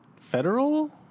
federal